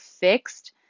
fixed